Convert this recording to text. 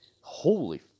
Holy